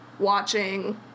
Watching